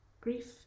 Grief